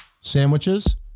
sandwiches